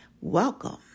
Welcome